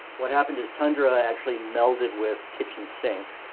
what happened is tundra actually melded with kitchen sink